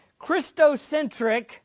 Christocentric